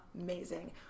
amazing